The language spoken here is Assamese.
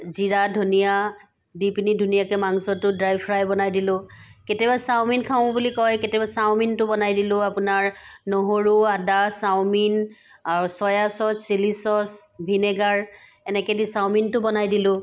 জিৰা ধনীয়া দি পিনি ধুনীয়াকৈ মাংছটো ড্ৰাই ফ্ৰাই বনাই দিলোঁ কেতিয়াবা চাওমিন খাও বুলি কয় কেতিয়াবা চাওমিনটো বনাই দিলোঁ আপোনাৰ নহৰু আদা চাওমিন আৰু soya sauce chilli sauce vinegar এনেকৈ দি চাওমিনটো বনাই দিলোঁ